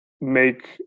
make